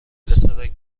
پسرک